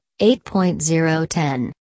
8.010